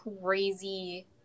crazy